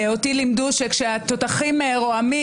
אותי לימדו שכשהתותחים רועמים,